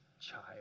child